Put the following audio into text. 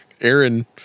Aaron